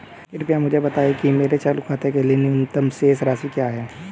कृपया मुझे बताएं कि मेरे चालू खाते के लिए न्यूनतम शेष राशि क्या है